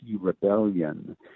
rebellion